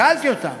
ושאלתי אותם: